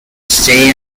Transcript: stay